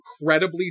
incredibly